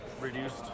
reduced